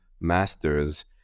masters